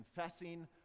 Confessing